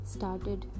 started